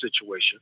situation